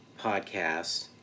podcast